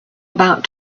about